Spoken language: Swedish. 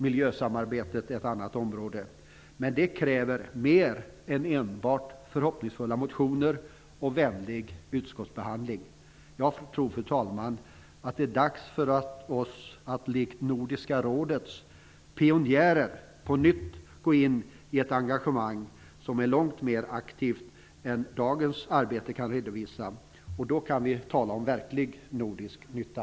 Miljösamarbetet är ett annat område, men det kräver mer än enbart förhoppningsfulla motioner och vänlig utskottsbehandling. Jag tror, fru talman, att det är dags för oss att likt Nordiska rådets pionjärer på nytt visa ett långt mer aktivt engagemang än dagens. Då kan vi tala om verklig nordisk nytta.